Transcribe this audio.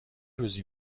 روزی